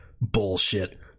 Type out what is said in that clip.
bullshit